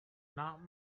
not